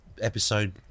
episode